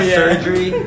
surgery